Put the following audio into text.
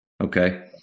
Okay